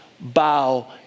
bow